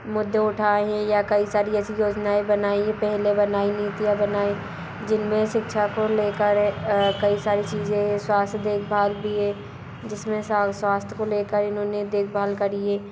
मुद्दे उठाएं हैं या कई सारी ऐसी योजनाएं बनाई है पहले बनाई नीतियां बनाए जिन में शिक्षा को ले कर कई सारे चीज़ें स्वास्थ्य देखभाल भी है जिस में से स्वास्थ्य को ले कर इन्होंने देखभाल करी है